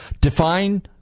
define